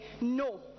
no